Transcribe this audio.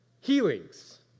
healings